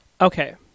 Okay